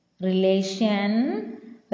Relation